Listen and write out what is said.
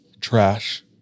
trash